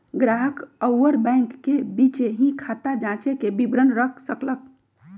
ग्राहक अउर बैंक के बीचे ही खाता जांचे के विवरण रख सक ल ह